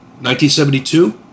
1972